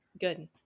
Good